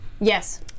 Yes